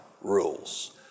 rules